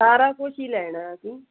ਸਾਰਾ ਕੁਝ ਹੀ ਲੈਣਾ ਅਸੀਂ